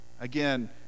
Again